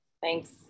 Thanks